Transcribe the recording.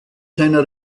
seiner